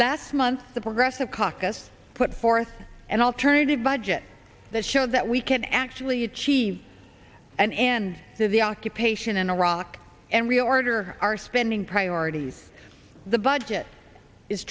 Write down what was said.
last month the progressive caucus put forth an alternative budget that shows that we can actually achieve an end to the occupation in iraq and reorder for our spending priorities the budget is